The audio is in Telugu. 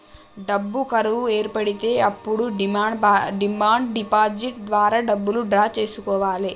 డబ్బు కరువు ఏర్పడితే అప్పుడు డిమాండ్ డిపాజిట్ ద్వారా డబ్బులు డ్రా చేసుకోవాలె